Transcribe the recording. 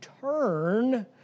turn